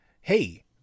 hey